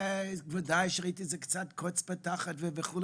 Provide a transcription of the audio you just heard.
בוודאי שראיתי את זה קצת כמטרד וכו',